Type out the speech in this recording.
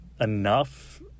enough